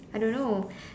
I don't know